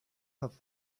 have